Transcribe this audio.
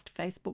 Facebook